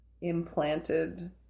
implanted